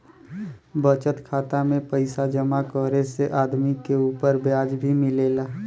बचत खाता में पइसा जमा करे से आदमी के उपर ब्याज भी मिलेला